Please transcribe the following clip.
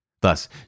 Thus